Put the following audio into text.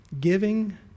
giving